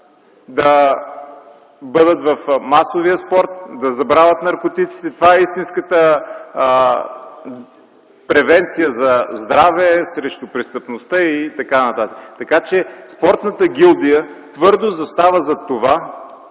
да бъдат в масовия спорт, да забравят наркотиците. Това е истинската превенция за здраве, срещу престъпността и така нататък. Така че спортната гилдия твърдо застава зад това